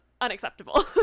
unacceptable